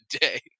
day